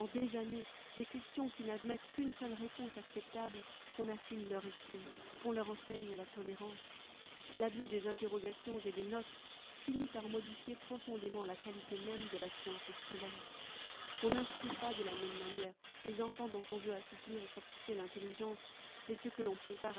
des années des questions qui n'admettent qu'une seule réponse acceptable qu'on affine leur esprit et qu'on leur enseigne la tolérance l'abus des interrogations et des notes finit par modifier profondément la qualité même de la science scolaire on n'instruit pas de la même manière les enfants dont on veut assouplir et fortifier l'intelligence et ceux que l'on prépare